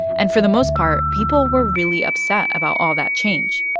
and for the most part, people were really upset about all that change.